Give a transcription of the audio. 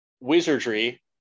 wizardry